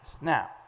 Now